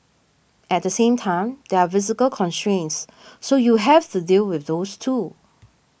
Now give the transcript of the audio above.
at the same time there are physical constraints so you have to deal with those too